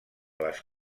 les